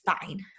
fine